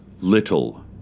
little